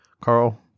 Carl